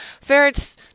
ferrets